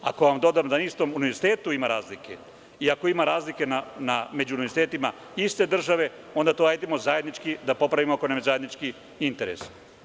Ako vam dodam da na istom univerzitetu ima razlike, i ako ima razlike među univerzitetima iste države, onda hajde da to zajednički popravimo, ako nam je zajednički interes.